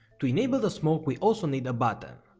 to enable the smoke, we also need a button.